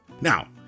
Now